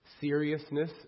seriousness